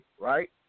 right